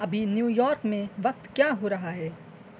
ابھی New York میں وقت کیا ہو رہا ہے